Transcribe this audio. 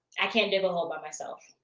i can't dig a hole by myself.